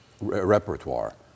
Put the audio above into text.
repertoire